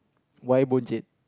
why boncet